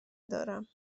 دارم